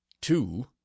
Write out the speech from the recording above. two